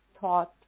thought